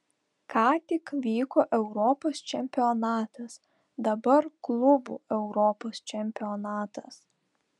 ką tik vyko europos čempionatas dabar klubų europos čempionatas